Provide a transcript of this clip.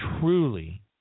truly